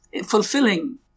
fulfilling